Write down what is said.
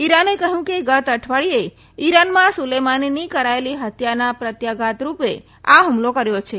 ઈરાને કહ્યું કે ગત અઠવાડિયે ઈરાનમાં સુલેમાનીની કરાયેલી હત્યાના પ્રત્યાઘાત રૂપે આ હુમલો કર્યો છે